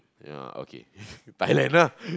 ya okay Thailand ah